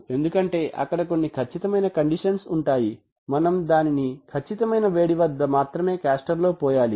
ఎందుకంటే అక్కడ కొన్ని కచ్చితమైన కండిషన్స్ ఉంటాయి మనం దానిని ఖచ్చితమైన వేడి వద్ద మాత్రమే కాస్టర్ లో పోయాలి